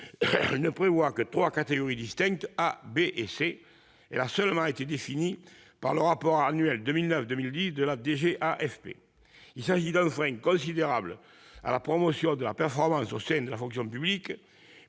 1984 ne prévoit que trois catégories distinctes : A, B et C. Elle a seulement été définie dans le rapport annuel 2009-2010 de la DGAFP. Il s'agit d'un frein considérable à la promotion de la performance au sein de la fonction publique,